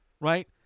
right